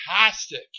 fantastic